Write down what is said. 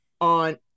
on